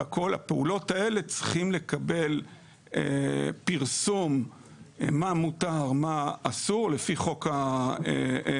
וכל הפעולות האלה צריכות לקבל פרסום מה מותר ומה אסור לפי חוק המזון.